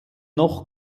noch